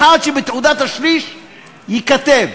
שבתעודת השליש ייכתב: